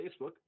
Facebook